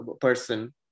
person